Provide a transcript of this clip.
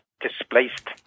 displaced